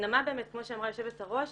להפנמה כמו שאמרה יושבת הראש,